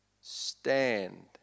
stand